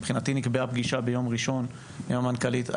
מבחינתי נקבעה פגישה ביום ראשון עם המנכ"לית.